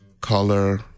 color